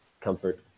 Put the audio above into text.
comfort